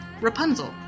Rapunzel